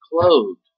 clothed